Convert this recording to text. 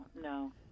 no